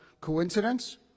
coincidence